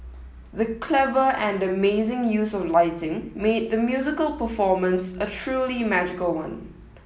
the clever and amazing use of lighting made the musical performance a truly magical one